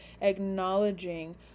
acknowledging